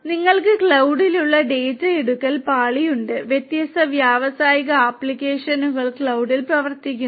നിങ്ങൾക്ക് ക്ലൌഡിലുള്ള ഡാറ്റ ഏറ്റെടുക്കൽ പാളി ഉണ്ട് വ്യത്യസ്ത വ്യാവസായിക ആപ്ലിക്കേഷനുകൾ ക്ലൌഡിൽ പ്രവർത്തിക്കുന്നു